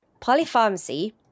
Polypharmacy